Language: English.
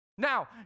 Now